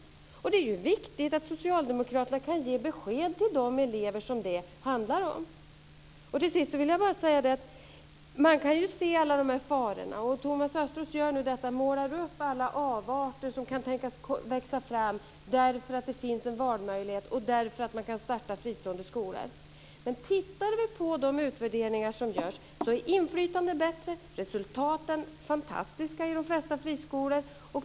Det är viktigt att Socialdemokraterna kan ge besked till de elever som det handlar om. Till sist vill jag bara säga att man kan se alla de här farorna, och Thomas Östros gör nu detta. Han målar upp alla avarter som kan tänkas växa fram därför att det finns en valmöjlighet och därför att man kan starta fristående skolor. Men vi kan titta på de utvärderingar som görs. Inflytandet är bättre och resultaten är fantastiska i de flesta friskolorna.